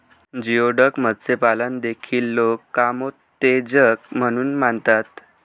geoduck मत्स्यपालन देखील लोक कामोत्तेजक म्हणून मानतात